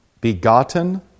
begotten